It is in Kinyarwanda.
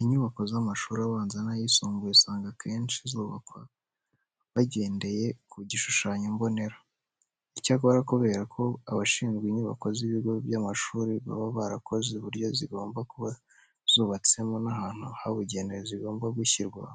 Inyubako z'amashuri abanza n'ayisumbuye usanga akenshi zubakwa bagendeye ku gishushanyo mbonera. Icyakora kubera ko abashinzwe inyubako z'ibigo by'amashuri baba barakoze uburyo zigomba kuba zubatsemo n'ahantu habugenewe zigomba gushyirwa,